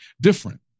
different